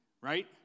right